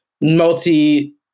multi